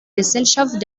gesellschaft